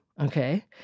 Okay